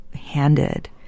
handed